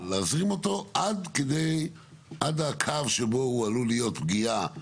אבל להזרים אותו עד הקו שבו הוא עלול להיות פגיעה בציבור,